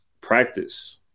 practice